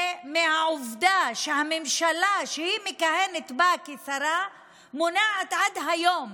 ומהעובדה שהממשלה שהיא מכהנת בה כשרה מונעת עד היום